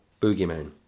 boogeyman